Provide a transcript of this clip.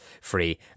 free